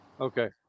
Okay